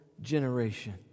generation